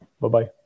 Bye-bye